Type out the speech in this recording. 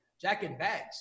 Jack-in-bags